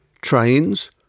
trains